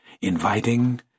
inviting